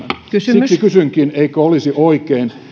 siksi kysynkin eikö olisi oikein